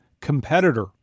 competitor